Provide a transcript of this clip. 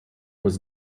was